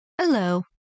Hello